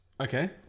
Okay